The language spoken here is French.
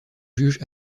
juge